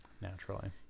Naturally